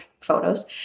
photos